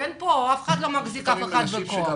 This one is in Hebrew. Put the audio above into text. אף אחד לא מחזיק אף אחד בכוח.